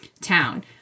town